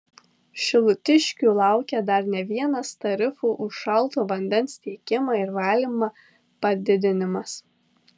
šilutiškių laukia dar ne vienas tarifų už šalto vandens tiekimą ir valymą padidinimas